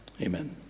Amen